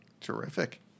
Terrific